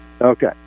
Okay